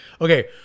Okay